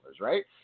right